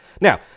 Now